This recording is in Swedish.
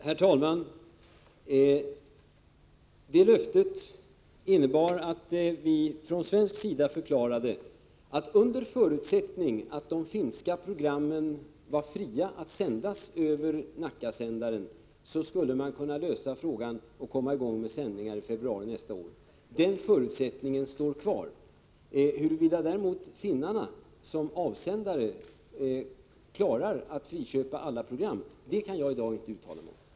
Herr talman! Det löftet innebar att vi från svensk sida förklarade, att under förutsättning att de finska programmen var fria att sändas över Nackasändaren, skulle man kunna lösa frågan och komma i gång med sändningar i februari nästa år. Den förutsättningen står kvar. Huruvida finnarna klarar att friköpa alla program för sändning kan jag däremot inte uttala mig om i dag.